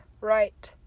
Right